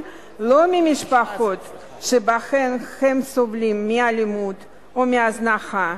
ממשפחות שבהן הם סובלים מאלימות או מהזנחה,